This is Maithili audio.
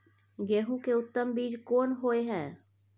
गेहूं के उत्तम बीज कोन होय है?